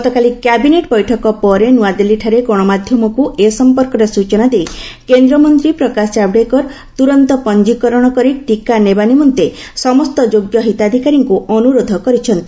ଗତକାଲି କ୍ୟାବିନେଟ ବୈଠକ ପରେ ନୂଆଦିଲ୍ଲୀଠାରେ ଗଣମାଧ୍ୟମକୁ ଏ ସମ୍ପର୍କରେ ସୂଚନା ଦେଇ କେନ୍ଦ୍ରମନ୍ତ୍ରୀ ପ୍ରକାଶ ଜାଭେଡକର ତୁରନ୍ତ ପଞ୍ଜୀକରଣ କରି ଟିକା ନେବା ନିମନ୍ତେ ସମସ୍ତ ଯୋଗ୍ୟ ହିତାଧିକାରୀଙ୍କୁ ଅନୁରୋଧ କରିଛନ୍ତି